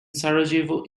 sarajevo